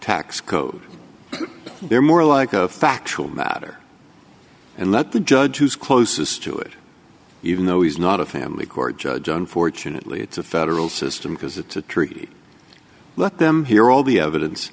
tax code they're more like a factual matter and let the judge who is closest to it even though he's not a family court judge unfortunately it's a federal system because it's a tricky let them hear all the evidence